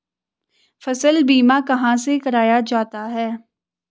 फसल बीमा कहाँ से कराया जाता है?